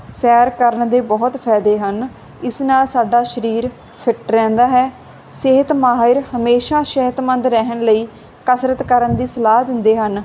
ਸੈਰ ਕਰਨ ਦੇ ਬਹੁਤ ਫਾਇਦੇ ਹਨ ਇਸ ਨਾਲ ਸਾਡਾ ਸਰੀਰ ਫਿਟ ਰਹਿੰਦਾ ਹੈ ਸਿਹਤ ਮਾਹਿਰ ਹਮੇਸ਼ਾ ਸਿਹਤਮੰਦ ਰਹਿਣ ਲਈ ਕਸਰਤ ਕਰਨ ਦੀ ਸਲਾਹ ਦਿੰਦੇ ਹਨ